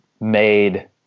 made